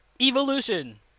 evolution